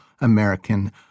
American